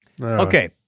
Okay